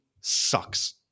sucks